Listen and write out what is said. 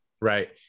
Right